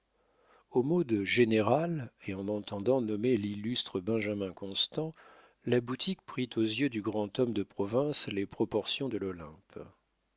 au mot de général et en entendant nommer l'illustre benjamin constant la boutique prit aux yeux du grand homme de province les proportions de l'olympe